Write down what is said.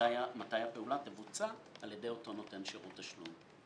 מתי הפעולה תבוצע על ידי אותו נותן שירותי תשלום.